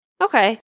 Okay